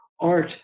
art